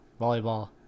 volleyball